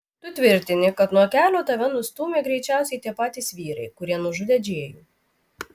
tu tvirtini kad nuo kelio tave nustūmė greičiausiai tie patys vyrai kurie nužudė džėjų